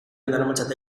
daramatzate